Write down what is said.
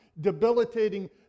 debilitating